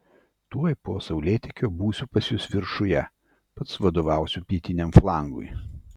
tuoj po saulėtekio būsiu pas jus viršuje pats vadovausiu pietiniam flangui